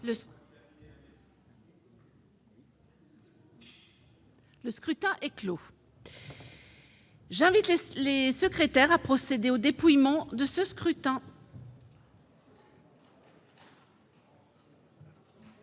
Le scrutin est clos. J'invite Mmes et MM. les secrétaires à procéder au dépouillement du scrutin.